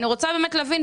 אני רוצה באמת להבין,